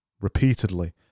repeatedly